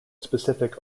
specific